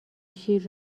شیر